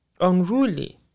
unruly